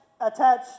attach